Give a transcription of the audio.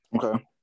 Okay